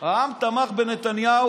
העם תמך בנתניהו.